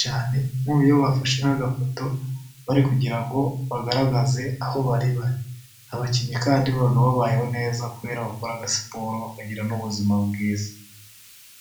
cyane . Nkiyo bafashe nk'agafoto bari kugira ngo bagaragaze aho bari abakinnyi, kandi baba babayeho neza kubera gukora siporo bagira n'ubuzima bwiza.